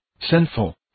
sinful